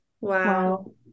Wow